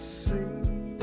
see